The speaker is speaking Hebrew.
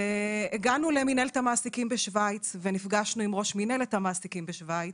הגענו למנהלת המעסיקים בשוויץ ונפגשנו עם ראש מנהלת המעסיקים בשווייץ.